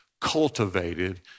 cultivated